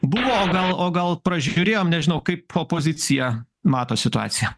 buvo o gal o gal pražiūrėjom nežinau kaip opozicija mato situaciją